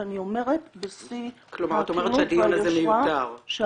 אני אומרת לך בשיא הכנות והיושרה -- כלומר את אומרת שהדיון הזה מיותר?